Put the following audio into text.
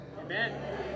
Amen